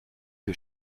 que